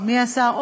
מי השר?